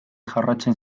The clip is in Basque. jorratzen